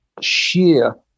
sheer